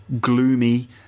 gloomy